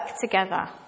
together